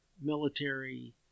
military